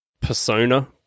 persona